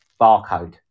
Barcode